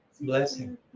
blessing